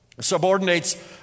subordinates